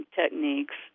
techniques